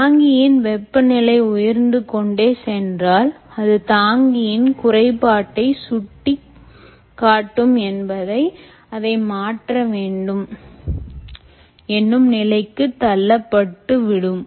தாங்கியின் வெப்பநிலை உயர்ந்து கொண்டே சென்றால் அது தாங்கியின் குறைபாட்டை சுட்டிக் காட்டும் என்பதையும் அதை மாற்ற வேண்டும் என்னும் நிலைக்கு தள்ளப்பட்டு விடும்